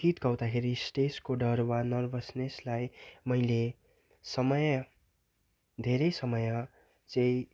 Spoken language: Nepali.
गीत गाउँदाखेरि स्टेजको डर वा नर्भसनेसलाई मैले समय धेरै समय चाहिँ